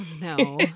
No